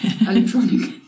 electronic